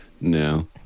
no